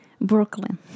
brooklyn